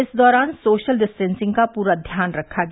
इस दौरान social distancing का पूरा ध्यान रखा गया